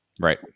Right